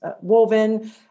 woven